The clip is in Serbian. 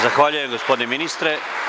Zahvaljujem, gospodine ministre.